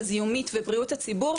הזיהומית ובריאות הציבור,